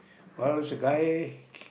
while's a guy